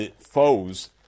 foes